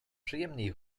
przyjemniej